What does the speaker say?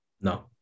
No